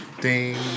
Ding